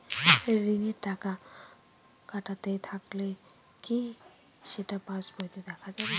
ঋণের টাকা কাটতে থাকলে কি সেটা পাসবইতে দেখা যাবে?